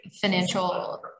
financial